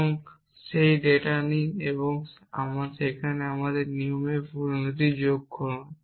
এবং সেই ডেটা নিন এবং সেখানে একটি নিয়মের পরিণতি যোগ করুন